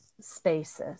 spaces